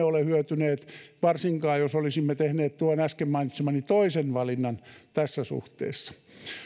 ole hyötyneet varsinkaan jos olisimme tehneet tuon äsken mainitsemani toisen valinnan tässä suhteessa